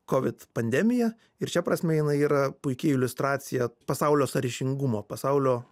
kovid pandemija ir šia prasme jinai yra puiki iliustracija pasaulio sąryšingumo pasaulio